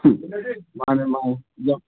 ꯃꯥꯅꯤ ꯃꯥꯅꯤ